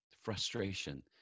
frustration